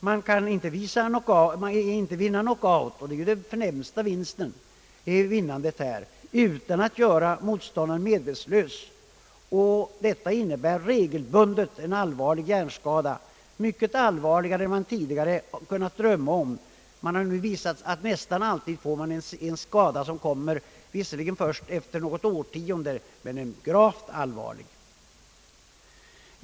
Man kan inte vinna på knockout — och det är det förnämsta sättet att vinna — utan att göra motståndaren medvetslös. Detta innebär regelbundet en allvarlig hjärnskada, mycket allvarligare än man tidigare kunnat drömma om. Det har nu visat sig att man nästan alltid får en skada, som visserligen ibland kommer först efter något årtionde men som ändå är gravt allvarlig.